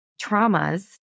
traumas